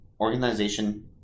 organization